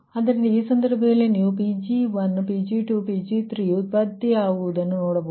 ಆದ್ದರಿಂದ ಈ ಸಂದರ್ಭದಲ್ಲಿ ನೀವು Pg1 Pg2 Pg3 ಉತ್ಪತ್ತಿಯಾಗುವುದನ್ನು ನೋಡಬಹುದು